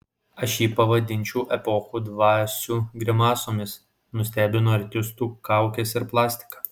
aš jį pavadinčiau epochų dvasių grimasomis nustebino artistų kaukės ir plastika